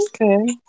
okay